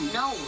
no